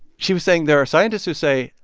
she was saying there are scientists who say,